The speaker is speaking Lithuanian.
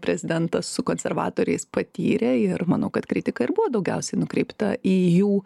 prezidentas su konservatoriais patyrė ir manau kad kritika ir buvo daugiausiai nukreipta į jų